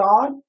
God